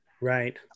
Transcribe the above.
Right